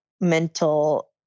mental